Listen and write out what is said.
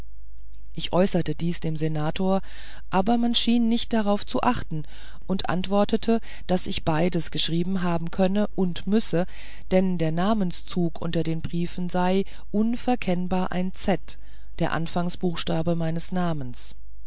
ich äußerte dies den senatoren aber man schien nicht darauf zu achten und antwortete daß ich beides geschrieben haben könne und müsse denn der namenszug unter den briefen seie unverkennbar ein z der anfangsbuchstabe meines namens